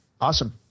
Awesome